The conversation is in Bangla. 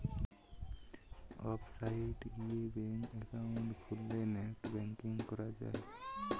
ওয়েবসাইট গিয়ে ব্যাঙ্ক একাউন্ট খুললে নেট ব্যাঙ্কিং করা যায়